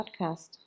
podcast